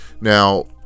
Now